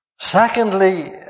Secondly